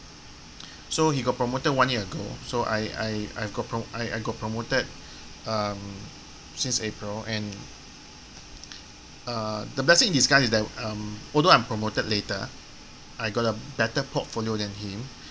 so he got promoted one year ago so I I I got pro~ I I got promoted um since april and uh the blessing in disguise is that um although I'm promoted later I got a better portfolio than him